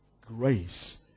grace